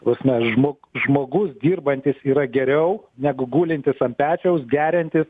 ta prasme žmog žmogus dirbantis yra geriau negu gulintis ant pečiaus geriantis